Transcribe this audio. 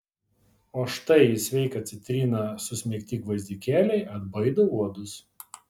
o štai į sveiką citriną susmeigti gvazdikėliai atbaido uodus